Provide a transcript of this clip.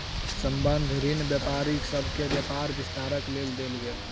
संबंद्ध ऋण व्यापारी सभ के व्यापार विस्तारक लेल देल गेल